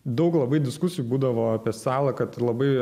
daug labai diskusijų būdavo apie salą kad labai